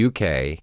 UK